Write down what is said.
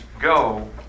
go